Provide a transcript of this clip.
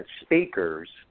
speakers